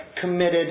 committed